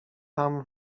tam